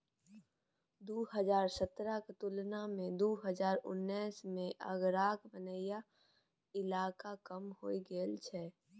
साल दु हजार सतरहक तुलना मे दु हजार उन्नैस मे आगराक बनैया इलाका कम हो गेल छै